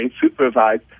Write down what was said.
supervised